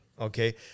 Okay